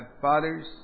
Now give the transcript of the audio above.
fathers